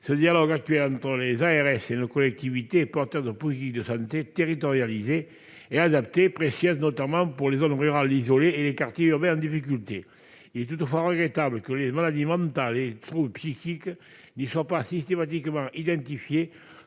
régionales de santé et nos collectivités est porteur de politiques de santé territorialisées et adaptées, lesquelles sont précieuses, notamment, pour les zones rurales isolées et les quartiers urbains en difficulté. Il est toutefois regrettable que les maladies mentales et les troubles psychiques n'y soient pas systématiquement identifiés